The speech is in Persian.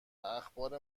اخبار